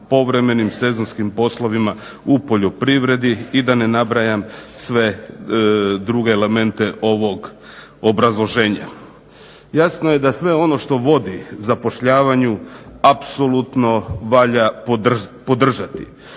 povremenim sezonskim poslovima u poljoprivredi i da ne nabrajam sve druge elemente ovog obrazloženja. Jasno je da sve ono što vodi zapošljavanju apsolutno valja podržati.